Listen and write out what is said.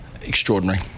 Extraordinary